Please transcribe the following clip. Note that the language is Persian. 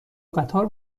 قطار